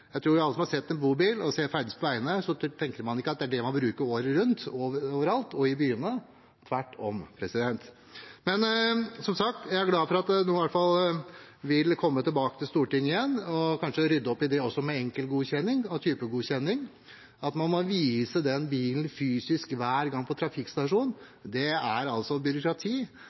en bobil ferdes på veiene, tenker man ikke at dette er noe man bruker året rundt over alt og i byene – tvert om. Som sagt er jeg glad for at dette i hvert fall vil komme tilbake til Stortinget, og at en kanskje også vil rydde opp i det med enkeltgodkjenning og typegodkjenning. At man må vise den bilen fysisk hver gang på trafikkstasjonen, er altså et byråkrati,